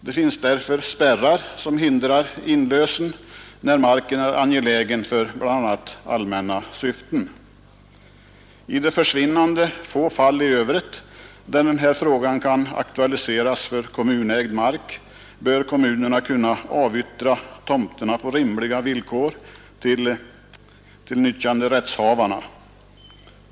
Det finns därför spärrar som hindrar inlösen när mark är angelägen för bl.a. allmänna syften. I de försvinnande få fall i övrigt där den här frågan kan aktualiseras för kommunägd mark bör kommunerna kunna avyttra tomterna på rimliga villkor till nyttjanderättshavarna.